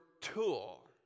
tool